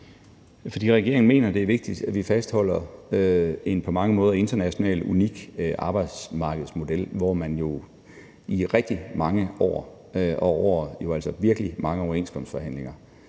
fordi regeringen mener, det er vigtigt, at vi fastholder en på mange måder internationalt unik arbejdsmarkedsmodel, hvor man jo i rigtig mange år og gennem virkelig mange overenskomstforhandlinger